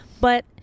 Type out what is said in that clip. But-